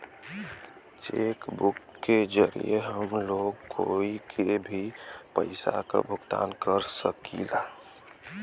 check book के जरिये हम लोग कोई के भी पइसा क भुगतान कर सकीला